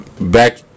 back